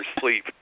sleep